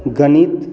गणित